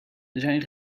zijn